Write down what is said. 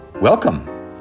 Welcome